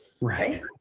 Right